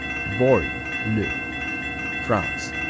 vory, le france